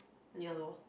ya lor